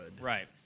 Right